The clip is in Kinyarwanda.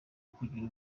ukugira